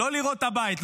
לא לראות את הבית,